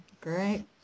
Great